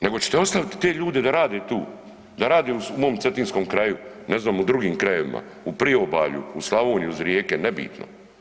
Nego ćete ostaviti te ljude da rade tu, da rade u mom cetinskom kraju, ne znam u drugim krajevima, u priobalju, u Slavoniju iz rijeke, nebitno.